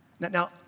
Now